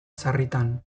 sarritan